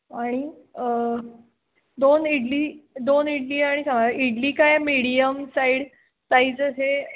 आणि दोन इडली दोन इडली आणि स इडली काय मीडियम साईड साईज आहे